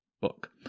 book